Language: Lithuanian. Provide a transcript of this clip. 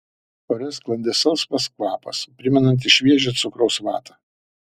ore sklandė salsvas kvapas primenantis šviežią cukraus vatą